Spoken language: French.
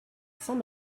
saint